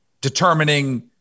determining